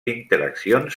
interaccions